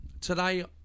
Today